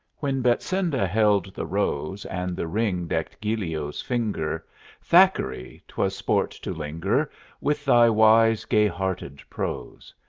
when betsinda held the rose and the ring decked giglio's finger thackeray! twas sport to linger with thy wise, gay-hearted prose.